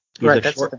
Right